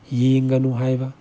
ꯌꯦꯡꯒꯅꯨ ꯍꯥꯏꯕ